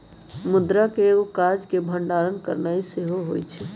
मुद्रा के एगो काज के भंडारण करनाइ सेहो होइ छइ